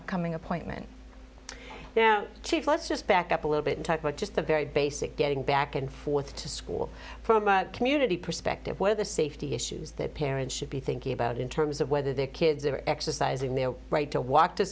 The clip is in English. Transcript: upcoming appointment yeah chief let's just back up a little bit and talk but just the very basic getting back and forth to school community perspective where the safety issues that parents should be thinking about in terms of whether their kids are exercising their right to walk to